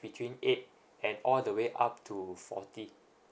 between eight and all the way up to forty